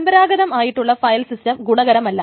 പരമ്പരാഗതമായിട്ടുള്ള ഫയൽസിസ്റ്റം ഗുണകരമല്ല